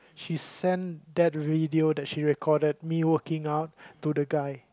she send that video that she recorded me working out to the guy